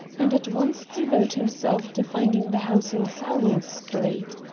and at once devote himself to finding the house in sowell street?